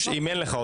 אם אין לך אותם.